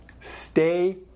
stay